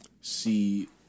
see